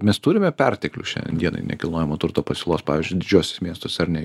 mes turime perteklių šiai dienai nekilnojamo turto pasiūlos pavyzdžiui didžiuosius miestus ar ne